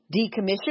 Decommission